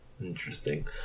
Interesting